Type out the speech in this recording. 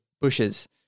bushes